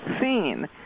seen